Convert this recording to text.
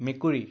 মেকুৰী